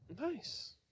Nice